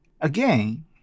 again